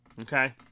Okay